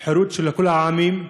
של חירות לכל העמים.